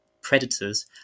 predators